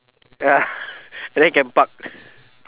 ya and then can park